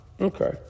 okay